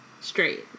straight